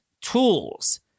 tools